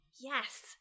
Yes